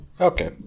Okay